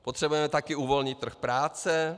Potřebujeme taky uvolnit trh práce.